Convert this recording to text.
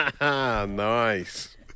nice